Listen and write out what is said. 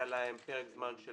היה להם פרק זמן של